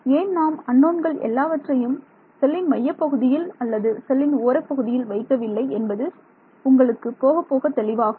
ஏன் நாம் அன்னோன்கள் எல்லாவற்றையும் செல்லின் மையப்பகுதியில் அல்லது செல்லின் ஓரப்பகுதியில் வைக்கவில்லை என்பது உங்களுக்கு போகப்போக தெளிவாகும்